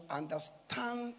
understand